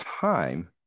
time